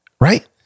Right